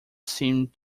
seemed